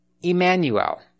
Emmanuel